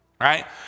right